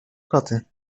koty